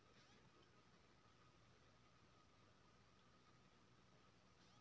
किराना दोकान करय बलाकेँ त बिन मांगले करजा भेटैत छै